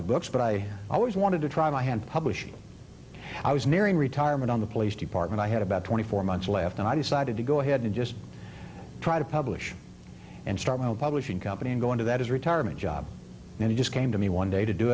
of books but i always wanted to try and i had published i was nearing retirement on the police department i had about twenty four months left and i decided to go ahead and just try to publish and start my own publishing company and go into that as retirement job and it just came to me one day to do